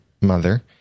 mother